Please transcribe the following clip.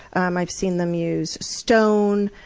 um i've seen them use stone,